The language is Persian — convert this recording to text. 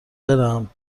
برم